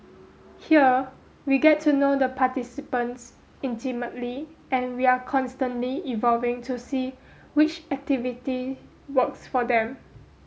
here we get to know the participants intimately and we are constantly evolving to see which activity works for them